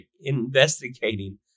investigating